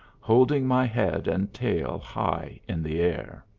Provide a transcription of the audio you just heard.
holding my head and tail high in the air.